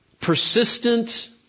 persistent